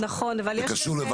כן, אבל זה לא קשור לבחירות.